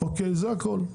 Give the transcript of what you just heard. זה הכול.